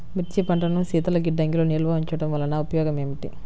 మిర్చి పంటను శీతల గిడ్డంగిలో నిల్వ ఉంచటం వలన ఉపయోగం ఏమిటి?